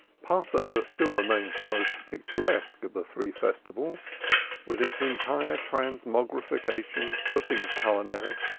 passover still remains the most picturesque of the three festivals with its entire transmogrification of things culinary,